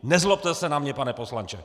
Nezlobte se na mě, pane poslanče!